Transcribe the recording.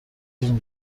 این